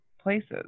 places